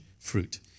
Fruit